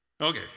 Okay